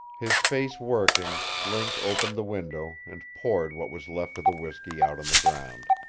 his face working, link opened the window and poured what was left of the whisky out on the ground.